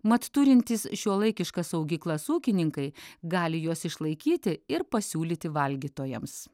mat turintys šiuolaikiškas saugyklas ūkininkai gali juos išlaikyti ir pasiūlyti valgytojams